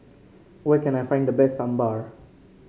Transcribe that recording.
where can I find the best Sambar